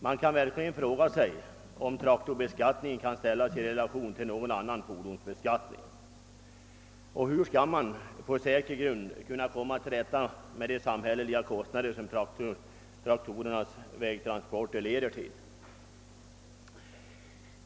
Man kan verkligen fråga sig, om traktorbeskattningen kan ställas i relation till någon annan fordonsbeskattning. Hur skall man på säker grund kunna komma till rätta med de samhälleliga kostnader som traktorernas vägtransporter leder till?